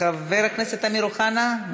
חבר הכנסת אמיר אוחנה,